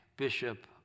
Bishop